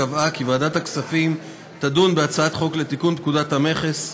אני קובעת כי הצעת חוק הסדרים במשק המדינה